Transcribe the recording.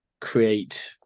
create